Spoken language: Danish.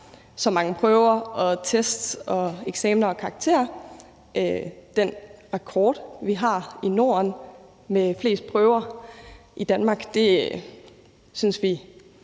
så mange prøver, tests, eksamener og karakterer. Den rekord, Danmark har i Norden, med flest prøver synes vi